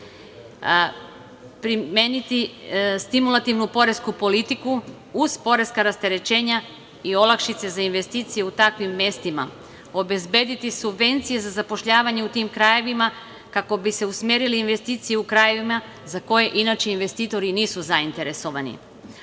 primeniti stimulativnu poresku politiku uz poreska rasterećenja i olakšice za investicije u takvim mestima, obezbediti subvencije za zapošljavanje u tim krajevima kako bi se usmerile investicije u krajevima za koje inače investitori nisu zainteresovani.